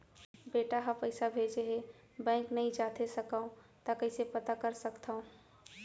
बेटा ह पइसा भेजे हे बैंक नई जाथे सकंव त कइसे पता कर सकथव?